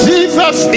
Jesus